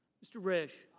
mr. ridge.